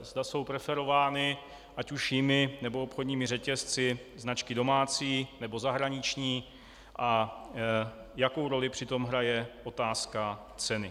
Zda jsou preferovány, ať už jimi, nebo obchodními řetězci, značky domácí, nebo zahraniční a jakou roli při tom hraje otázka ceny.